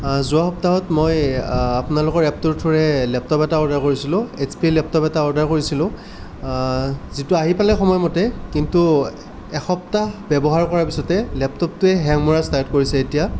যোৱা সপ্তাহত মই আপোনালোকৰ এপটোৰ থ্ৰৌৰে লেপটপ এটা অৰ্ডাৰ কৰিছিলোঁ এছ পিৰ লেপটপ এটা অৰ্ডাৰ কৰিছিলোঁ যিটো আহি পালে সময়মতে কিন্তু এসপ্তাহ ব্যৱহাৰ কৰাৰ পিছতে লেপটপটোৱে হেং মৰা ষ্টাৰ্ট কৰিছে এতিয়া